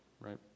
right